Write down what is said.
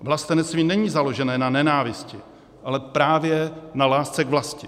Vlastenectví není založené na nenávisti, ale právě na lásce k vlasti.